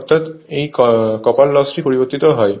অর্থাৎ এই কপার লসটি পরিবর্তিত হয়